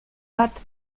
bat